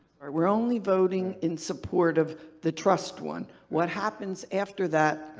alright. we're only voting in support of the trust one. what happens after that,